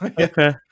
okay